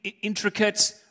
intricate